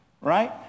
right